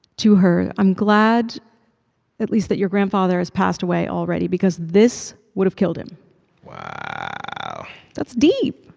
to her, i'm glad at least that your grandfather has passed away already because this would've killed him wow that's deep.